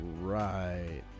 Right